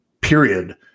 period